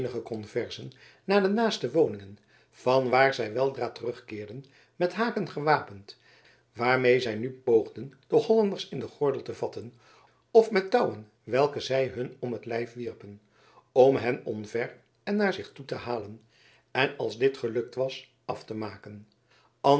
eenige conversen naar de naaste woningen van waar zij weldra terugkeerden met haken gewapend waarmede zij nu poogden de hollanders in den gordel te vatten of met touwen welke zij hun om t lijf wierpen om hen omver en naar zich toe te halen en als dit gelukt was af te maken